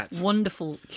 wonderful